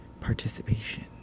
Participation